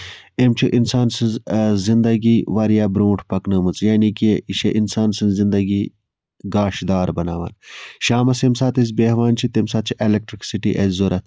أمۍ چھِ اِنسان سٕنز زِندگی واریاہ برونٹھ پَکنٲمٕژ یعنے کہِ یہِ چھےٚ اِنسان سٕنز زِندگی گاشہٕ دار بَناوان شامَس ییٚمہِ ساتہٕ أسۍ بیٚہوان چھِ تَمہِ ساتہٕ چھِ اٮ۪لیکٹرکسٹی اَسہِ ضوٚرتھ